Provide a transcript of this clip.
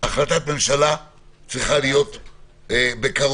שהחלטת ממשלה צריכה להיות בקרוב,